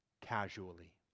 casually